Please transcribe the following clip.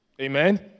Amen